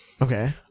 Okay